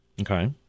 Okay